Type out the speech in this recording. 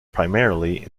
primarily